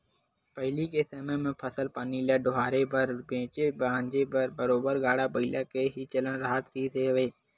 पहिली के समे म फसल पानी ल डोहारे बर बेंचे भांजे बर बरोबर गाड़ा बइला के ही चलन राहत रिहिस हवय